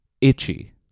Itchy